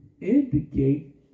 indicate